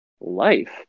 life